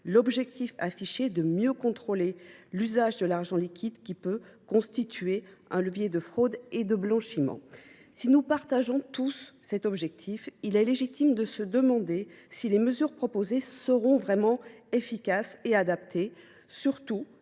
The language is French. L’objectif affiché est de mieux contrôler l’usage de l’argent liquide, qui peut constituer un levier de fraude et de blanchiment. Nous y souscrivons tous, mais il est légitime de se demander si les mesures proposées sont vraiment efficaces et adaptées. Surtout,